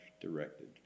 directed